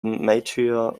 martyr